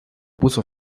puso